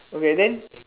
okay then